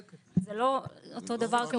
זה לא אותו דבר.